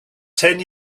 ten